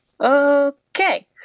okay